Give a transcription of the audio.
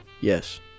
Yes